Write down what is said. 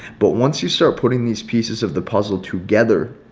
but once you start putting these pieces of the puzzle together